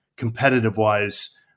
competitive-wise